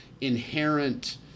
inherent